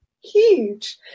Huge